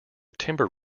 timber